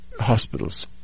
hospitals